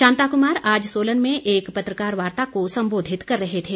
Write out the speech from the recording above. शांताकुमार आज सोलन में एक पत्रकार वार्ता को संबोधित कर रहे थे